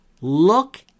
look